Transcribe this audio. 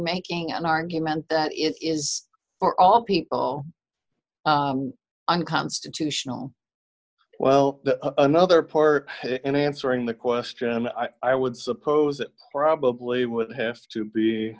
making an argument that it is for all people unconstitutional well another part in answering the question i would suppose it probably would have to be